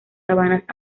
sabanas